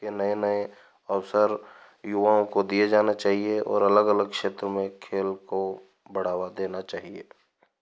नए नए अवसर युवाओं को दिए जाना चाहिए और अलग अलग क्षेत्र में खेल को बढ़ावा देना चाहिए